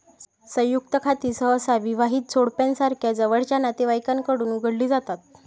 संयुक्त खाती सहसा विवाहित जोडप्यासारख्या जवळच्या नातेवाईकांकडून उघडली जातात